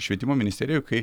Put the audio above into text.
švietimo ministerijoj kai